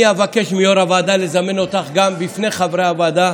אני אבקש מיו"ר הוועדה לזמן אותך בפני חברי הוועדה